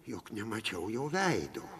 jog nemačiau jo veido